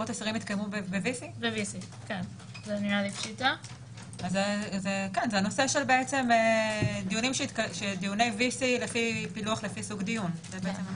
זה הנושא של דיוני VC לפי פילוח לפי סוג דיון.